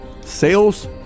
sales